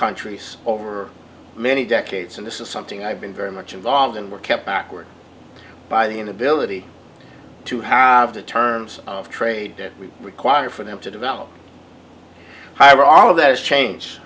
countries over many decades and this is something i've been very much involved in we're kept backward by the inability to have the terms of trade that we require for them to develop higher all of those change